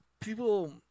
people